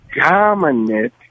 dominant